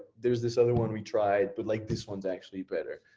there's this other one we tried, but like this one's actually better.